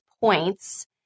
points